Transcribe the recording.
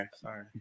Sorry